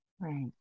Right